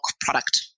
product